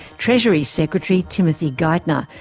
treasury secretary timothy geithner,